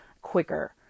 quicker